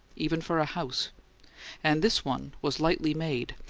even for a house and this one was lightly made,